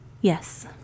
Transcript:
Yes